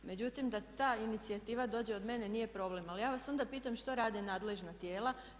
Međutim da ta inicijativa dođe od mene nije problem ali ja vas onda pitam šta rade nadležna tijela.